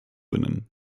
benennen